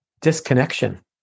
disconnection